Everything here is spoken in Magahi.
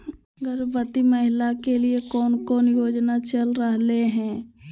गर्भवती महिला के लिए कौन कौन योजना चलेगा रहले है?